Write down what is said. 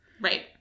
Right